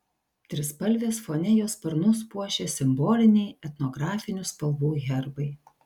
trispalvės fone jo sparnus puošia simboliniai etnografinių spalvų herbai